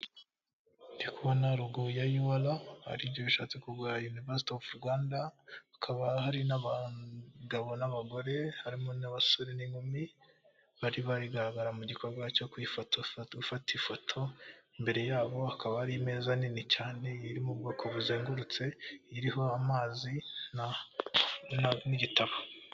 Ndi kubona logo ya yuwala, ari byo bishatse kuvuga Iniverisite y'u Rwanda hakaba hari abagabo n'abagore, harimo n'abasore, n'inkumi bari bari kugaragara mu gikorwa cyo gufata ifoto, imbere yabo hakaba hari imeza nini cyane, iri mu bwoko buzengurutse, iriho amazi n'igitabo.